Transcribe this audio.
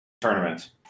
tournament